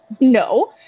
No